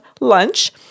lunch